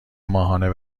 ماهانه